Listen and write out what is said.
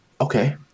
okay